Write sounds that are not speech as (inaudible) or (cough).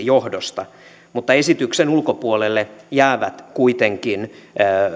(unintelligible) johdosta mutta esityksen ulkopuolelle jäävät kuitenkin